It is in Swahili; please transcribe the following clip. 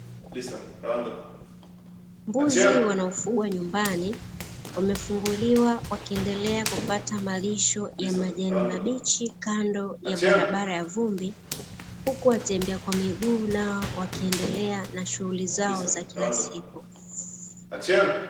Mbuzi wanaofugwa nyumbani wamefuguliwa, wakiendelea kupata malisho ya majani mabichi, kando ya barabara ya vumbi huku watembea kwa miguu nao wakiendelea na shughuli zao za kila siku.